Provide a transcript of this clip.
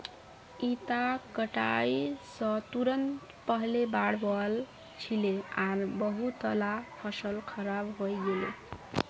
इता कटाई स तुरंत पहले बाढ़ वल छिले आर बहुतला फसल खराब हई गेले